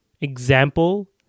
example